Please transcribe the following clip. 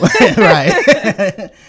Right